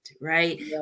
right